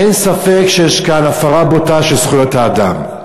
אין ספק שיש כאן הפרה בוטה של זכויות האדם.